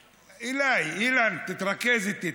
אילן, אילן, תתרכז איתי.